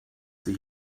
sie